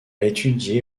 étudié